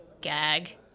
gag